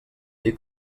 dir